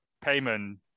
payment